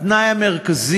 אתה מקבל